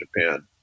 Japan